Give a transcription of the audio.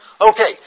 Okay